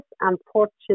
unfortunately